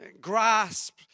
grasp